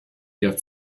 der